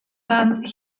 land